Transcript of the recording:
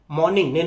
morning